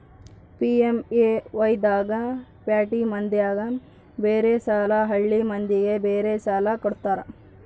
PMAY ದಾಗ ಪ್ಯಾಟಿ ಮಂದಿಗ ಬೇರೆ ಸಾಲ ಹಳ್ಳಿ ಮಂದಿಗೆ ಬೇರೆ ಸಾಲ ಕೊಡ್ತಾರ